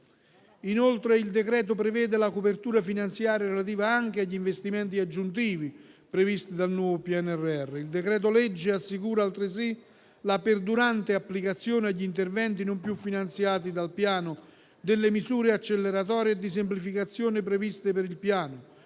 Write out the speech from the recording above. prevede inoltre la copertura finanziaria relativa anche agli investimenti aggiuntivi previsti dal nuovo PNRR, assicurando altresì la perdurante applicazione agli interventi non più finanziati delle misure acceleratorie e di semplificazione previste per il Piano,